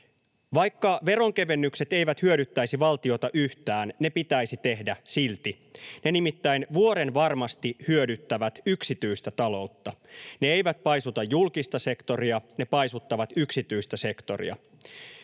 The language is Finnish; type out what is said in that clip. Vaikka veronkevennykset eivät hyödyttäisi valtiota yhtään, ne pitäisi tehdä silti. Ne nimittäin vuorenvarmasti hyödyttävät yksityistä taloutta. Ne eivät paisuta julkista sektoria, ne paisuttavat yksityistä sektoria.